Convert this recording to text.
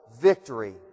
victory